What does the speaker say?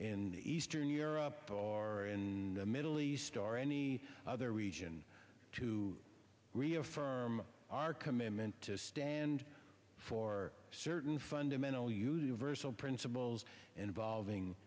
in eastern europe or in the middle east or any other region to reaffirm our commitment to stand for certain fundamental user versal principles involving